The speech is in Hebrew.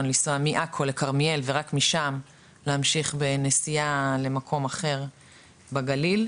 לנסוע מעכו לכרמיאל ורק משם להמשיך בנסיעה למקום אחר בגליל,